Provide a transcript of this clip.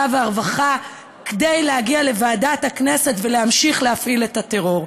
והרווחה כדי להגיע לוועדת הכנסת ולהמשיך להפעיל את הטרור.